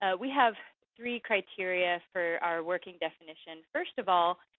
ah we have three criteria for our working definition. first of all,